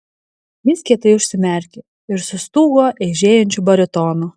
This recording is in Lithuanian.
jis kietai užsimerkė ir sustūgo eižėjančiu baritonu